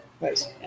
Nice